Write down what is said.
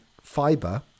fiber